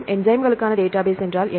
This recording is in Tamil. என்சைம்களுக்கான டேட்டாபேஸ் என்ன